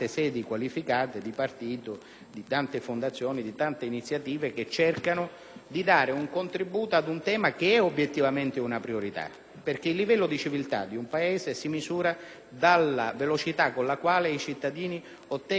in tante fondazioni, con iniziative che cercano di dare un contributo a un tema che obiettivamente rappresenta una priorità. Infatti, il livello di civiltà di un Paese si misura dalla velocità con la quale i cittadini ottengono piena soddisfazione dei propri diritti: